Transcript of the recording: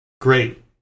great